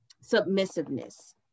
submissiveness